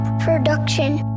Production